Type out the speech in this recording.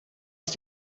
ist